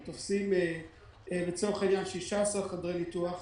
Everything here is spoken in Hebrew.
הם תופסים 16 חדרי ניתוח,